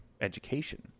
education